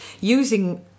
using